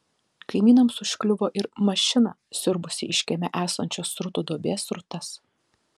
kaimynams užkliuvo ir mašina siurbusi iš kieme esančios srutų duobės srutas